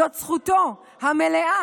זאת זכותו המלאה.